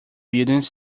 buildings